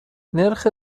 نرخ